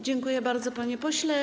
Dziękuję bardzo, panie pośle.